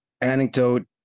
anecdote